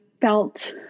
felt